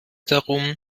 darum